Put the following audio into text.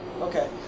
Okay